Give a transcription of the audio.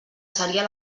seria